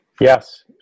Yes